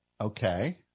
Okay